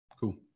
Cool